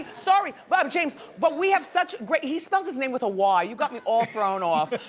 sorry but um jaymes but we have such great, he spells his name with a y. you've got me all thrown off.